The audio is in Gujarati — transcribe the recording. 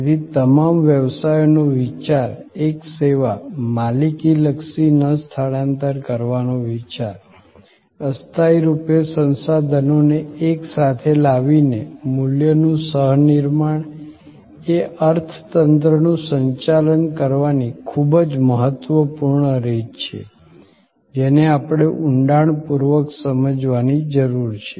તેથી તમામ વ્યવસાયોનો વિચાર એક સેવા માલિકી લક્ષી ન સ્થાનાંતર કરવાનો વિચાર અસ્થાયી રૂપે સંસાધનોને એકસાથે લાવીને મૂલ્યનું સહ નિર્માણ એ અર્થતંત્રનું સંચાલન કરવાની ખૂબ જ મહત્વપૂર્ણ રીત છે જેને આપણે ઊંડાણપૂર્વક સમજવાની જરૂર છે